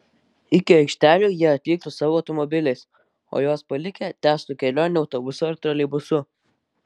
iki aikštelių jie atvyktų savo automobiliais o juos palikę tęstų kelionę autobusu ar troleibusu